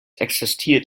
existiert